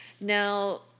Now